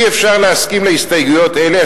אי-אפשר להסכים להסתייגויות אלה,